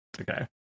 okay